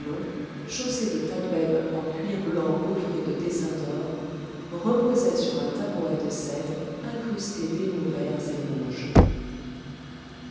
longs chaussés de tatbebs en cuir blanc gaufré de dessins d'or reposaient sur un tabouret de cèdre incrusté d'émaux verts et rouges